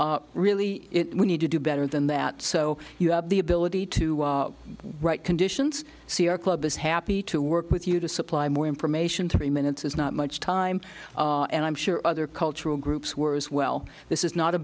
really we need to do better than that so you have the ability to write conditions sierra club is happy to work with you to supply more information three minutes is not much time and i'm sure other cultural groups were as well this is not a